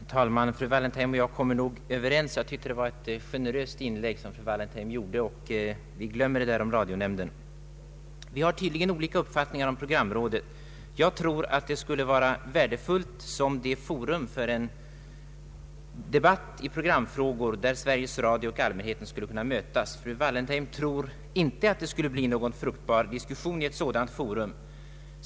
Herr talman! Fru Wallentheim och jag kommer nog överens om vad som kan sägas här i kammaren. Jag tycker att fru Wallentheim gjorde ett mycket generöst inlägg, och vi glömmer det där med inpasset om radionämnden. Vi har tydligen olika uppfattningar om programrådet. Jag tror att det skulle vara värdefullt såsom ett forum för en debatt i programfrågor, där Sveriges Radio och allmänheten skulle kunna mötas. Fru Wallentheim tror inte det skulle bli någon fruktbar diskussion i ett sådant forum.